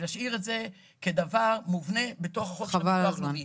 ולהשאיר את זה כדבר מובנה בתוך החוק של הביטוח הלאומי.